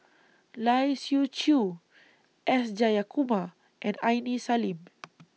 Lai Siu Chiu S Jayakumar and Aini Salim